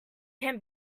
can